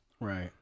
Right